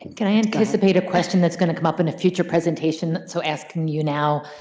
and can i anticipate a question that's going to come up in a future presentation, so asking you now